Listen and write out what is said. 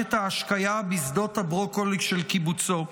מערכת ההשקיה בשדות הברוקולי של קיבוצו.